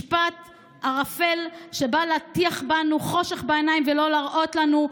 משפט מעורפל שבא להטיח לנו חושך בעיניים ולא להראות לנו.